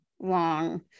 long